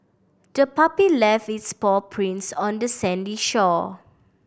the puppy left its paw prints on the sandy shore